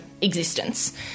existence